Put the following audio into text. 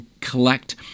collect